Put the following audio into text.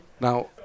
now